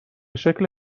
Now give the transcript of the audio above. شکل